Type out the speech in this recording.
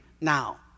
now